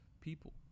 people